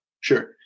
Sure